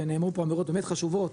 ונאמרו פה אמירות באמת חשובות